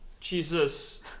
Jesus